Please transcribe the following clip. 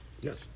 Yes